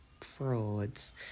frauds